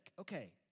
Okay